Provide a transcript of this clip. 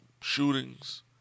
shootings